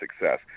success